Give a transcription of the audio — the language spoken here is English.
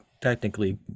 technically